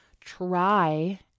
try